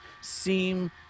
seem